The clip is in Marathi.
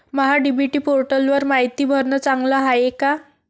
महा डी.बी.टी पोर्टलवर मायती भरनं चांगलं हाये का?